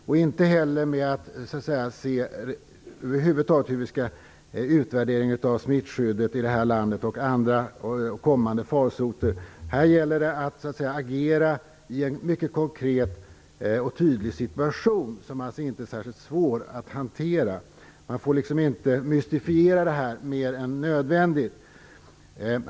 Vi kan heller inte vänta med en utvärdering av hur man skall se på smittskyddet och andra kommande farsoter över huvud taget i det här landet. Här gäller det att agera i en mycket konkret och tydlig situation som alltså inte är särskilt svår att hantera. Man får inte mystifiera detta mer än nödvändigt.